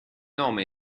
nome